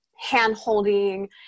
hand-holding